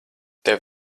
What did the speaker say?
tev